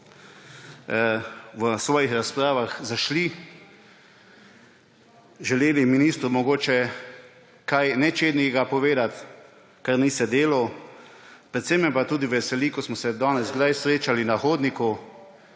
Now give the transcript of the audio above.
v svojih razpravah zašli, želeli ministru mogoče kaj nečednega povedati, česa ni vse delal. Predvsem pa me tudi veseli, ko smo se danes kdaj srečali na hodniku,